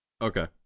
Okay